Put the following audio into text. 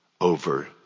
Over